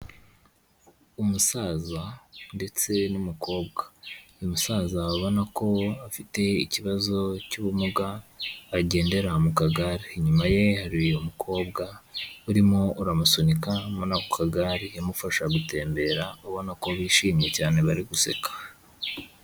Umusaza, ndetse n'umukobwa. Umusaza, ubona ko, afite ikibazo, cy'ubumuga, agendera, mu kagare. Inyuma ye, hari umukobwa, urimo, uramusunika, muri ako kagare, amufasha gutembera, ubona ko bishimye cyane bari guseka.